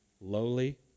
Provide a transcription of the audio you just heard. lowly